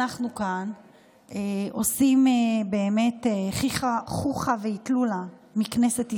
אנחנו כאן עושים חוכא ואיטלולא מכנסת ישראל,